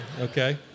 okay